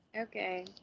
Okay